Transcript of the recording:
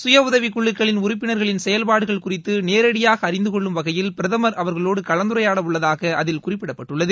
சுயஉதவிக்குழுக்களின் உறுப்பினர்களின் செயல்பாடுகள் குறித்து நேரடியாக அறிந்துகொள்ளும் வகையில் பிரதமர் அவர்களோடு கலந்துரையாட உள்ளதாக அதில் குறிப்பிடப்பட்டுள்ளது